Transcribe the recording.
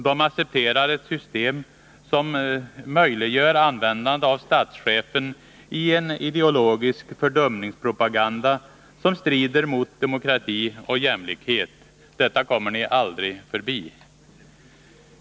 De accepterar ett system som möjliggör användandet av statschefen i en ideologisk fördumningspropaganda, som strider mot demokrati och jämlikhet. Detta kommer ni aldrig förbi.